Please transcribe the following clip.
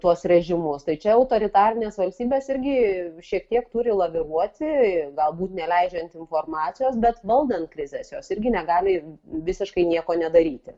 tuos režimus tai čia autoritarinės valstybės irgi šiek tiek turi laviruoti galbūt neleidžiant informacijos bet valdant krizes jos irgi negali visiškai nieko nedaryti